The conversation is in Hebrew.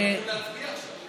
אנחנו הולכים להצביע עכשיו.